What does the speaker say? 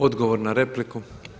Odgovor na repliku.